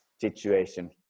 situation